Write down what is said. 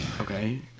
Okay